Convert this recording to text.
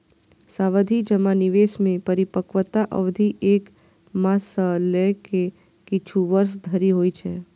सावाधि जमा निवेश मे परिपक्वता अवधि एक मास सं लए के किछु वर्ष धरि होइ छै